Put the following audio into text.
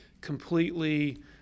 completely